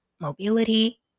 mobility